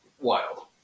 wild